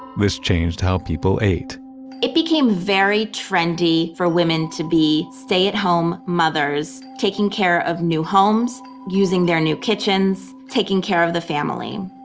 this changed how people ate it became very trendy for women to be stay-at-home mothers taking care of new homes, using their new kitchens, taking care of the family,